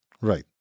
right